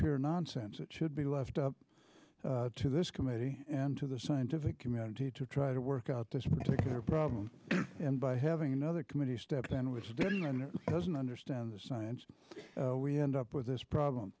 pure nonsense it should be left up to this committee and to the scientific community to try to work out this particular problem and by having another committee step in which is doing and doesn't understand the science we end up with this problem